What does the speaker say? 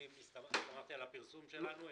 אני הסתמכתי על הפרסום שלנו.